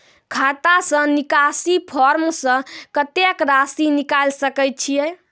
खाता से निकासी फॉर्म से कत्तेक रासि निकाल सकै छिये?